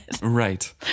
Right